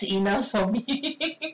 that's enough for me